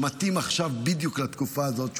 שמתאים עכשיו בדיוק לתקופה הזאת,